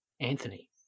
Anthony